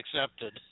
accepted